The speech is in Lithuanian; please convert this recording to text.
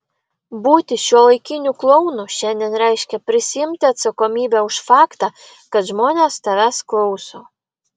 būti šiuolaikiniu klounu šiandien reiškia prisiimti atsakomybę už faktą kad žmonės tavęs klauso